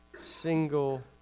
single